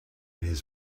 his